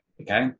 okay